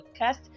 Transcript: podcast